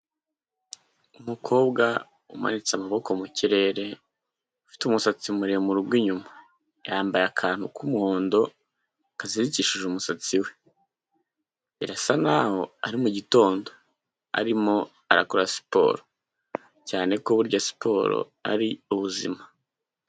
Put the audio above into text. Umukobwa umanitse amaboko mu kirere ufite umusatsi muremure ugwa inyuma, yambaye akantu k'umuhondo kazirikishije umusatsi we. Birasa n'aho ari mugitondo arimo arakora siporo cyane ko burya siporo ari ubuzima.